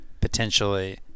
potentially